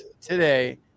today